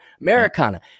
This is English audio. Americana